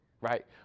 right